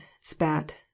spat